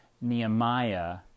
Nehemiah